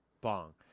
Bong